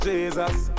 Jesus